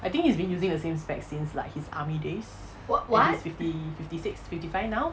I think he's been using the same spec since like his army days he's fifty fifty six fifty five now